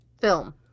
film